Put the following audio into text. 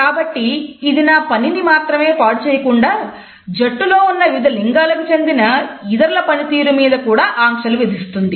కాబట్టి ఇది నా పనిని మాత్రమే పాడు చేయకుండా జట్టులో ఉన్న వివిధ లింగాలకు చెందిన ఇతరుల పనితీరు మీద కూడా ఆంక్షలు విధిస్తుంది